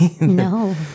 No